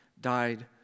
died